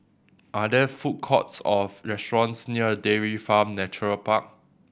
are there food courts or restaurants near Dairy Farm Nature Park